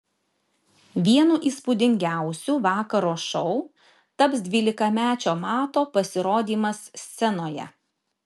vienu įspūdingiausių vakaro šou taps dvylikamečio mato pasirodymas scenoje